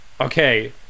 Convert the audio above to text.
Okay